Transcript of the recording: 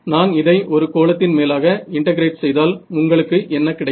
நான் இதை ஒரு கோளத்தின் மேலாக இன்டெகிரேட் செய்தால் உங்களுக்கு என்ன கிடைக்கும்